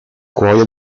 cuoio